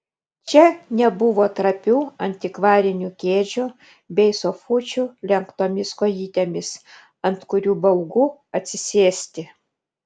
čia nebuvo trapių antikvarinių kėdžių bei sofučių lenktomis kojytėmis ant kurių baugu atsisėsti